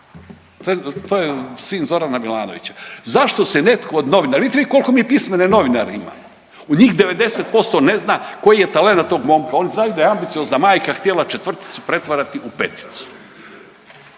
To je sin Zorana Milanovića. Zašto se netko od novinara, vidite koliko mi pismene novinare imamo? U njih 90% ne zna koji je talent tog momka. Oni znaju da je ambiciozna majka htjela četvrticu pretvarati u peticu.